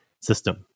system